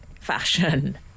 fashion